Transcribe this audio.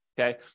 okay